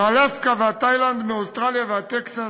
מאלסקה ועד תאילנד, מאוסטרליה ועד טקסס,